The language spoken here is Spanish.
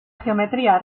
geometría